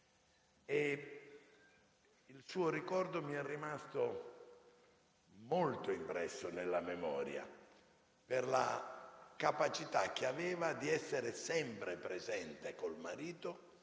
Il suo ricordo mi è rimasto molto impresso nella memoria per la capacità che aveva di essere sempre presente con il marito